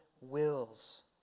wills